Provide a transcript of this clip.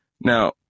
Now